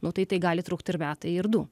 nu tai tai gali trukt ir metai ir du